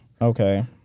Okay